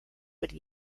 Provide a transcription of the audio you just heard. would